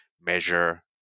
measure